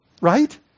Right